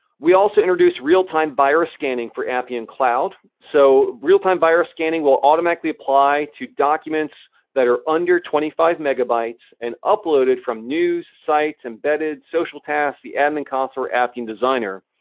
we also introduced real-time virus scanning for appian cloud. so real-time virus scanning will automatically apply to documents that are under twenty five megabytes and uploaded from news, sites, embedded, social tasks, the admin consort, appian designer.